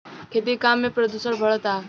खेती के काम में प्रदूषण बढ़ता